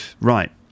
Right